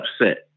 upset